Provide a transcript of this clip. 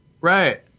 Right